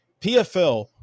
PFL